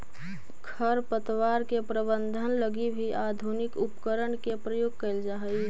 खरपतवार के प्रबंधन लगी भी आधुनिक उपकरण के प्रयोग कैल जा हइ